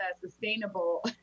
sustainable